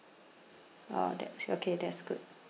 ah that's okay that's good